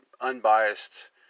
unbiased